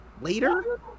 later